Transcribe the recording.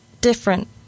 different